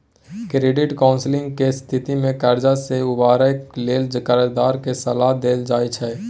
credit counselling के स्थिति में कर्जा से उबरय लेल कर्जदार के सलाह देल जाइ छइ